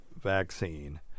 vaccine